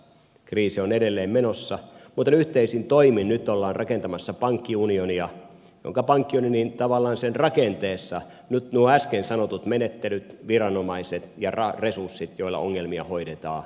kriisi on edelleen menossa mutta yhteisin toimin nyt ollaan rakentamassa pankkiunionia jonka tavallaan rakenteessa ovat nyt nuo äsken sanotut menettelyt viranomaiset ja resurssit joilla ongelmia hoidetaan